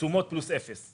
תשומות פלוס אפס,